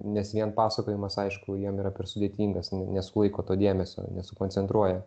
nes vien pasakojimas aišku jam yra per sudėtingas nesulaiko to dėmesio nesukoncentruoja